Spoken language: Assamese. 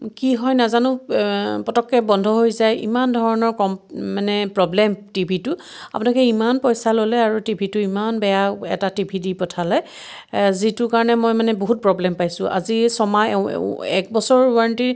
কি হয় নাজানো পতককৈ বন্ধ হৈ যায় ইমান ধৰণৰ কম মানে প্ৰ'ব্লেম টিভিটো আপোনালোকে ইমান পইচা ল'লে আৰু টিভিটো ইমান বেয়া এটা টি ভি দি পঠালে যিটো কাৰণে মই মানে বহুত প্ৰ'ব্লেম পাইছোঁ আজি ছমাহ এও এও এক বছৰৰ ৱাৰেণ্টি